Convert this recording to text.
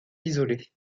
isolés